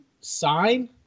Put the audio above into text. sign